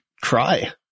cry